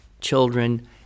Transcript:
children